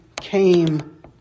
came